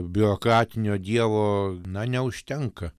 biurokratinio dievo na neužtenka